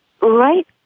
right